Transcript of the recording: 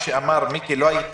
מיקי, לא היית